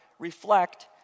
reflect